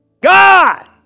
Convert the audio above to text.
God